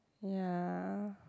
ya